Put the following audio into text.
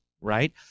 right